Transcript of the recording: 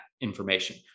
information